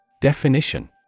Definition